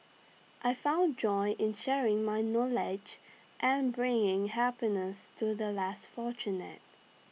I found joy in sharing my knowledge and bringing happiness to the less fortunate